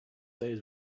days